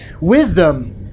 Wisdom